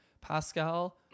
pascal